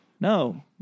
No